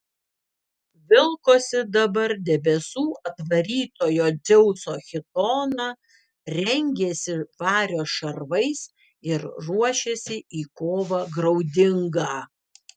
vilkosi dabar debesų atvarytojo dzeuso chitoną rengėsi vario šarvais ir ruošėsi į kovą graudingą